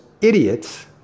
idiots